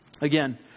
Again